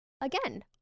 again